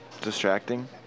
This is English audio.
distracting